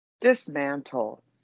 dismantle